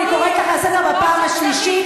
אני קוראת אותך לסדר פעם שלישית.